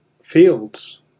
fields